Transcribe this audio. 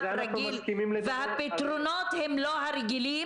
אנחנו מסכימים ----- והפתרונות הם לא רגילים.